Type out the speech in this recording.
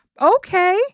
Okay